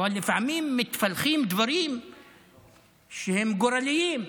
אבל לפעמים מתפלחים דברים שהם גורליים,